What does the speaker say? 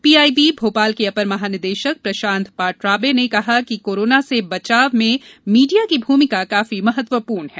PIB Bhopal के अपर महानिदेशक प्रशांत पाठराबे ने कहा कि कोरोना से बचाव में मीडिया की भूमिका काफी महत्वपूर्ण है